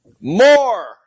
More